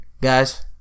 guys